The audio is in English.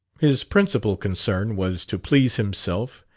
his principal concern was to please himself,